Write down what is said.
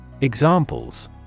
Examples